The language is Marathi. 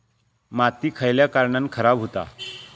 माती खयल्या कारणान खराब हुता?